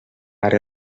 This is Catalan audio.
ara